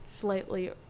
slightly